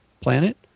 planet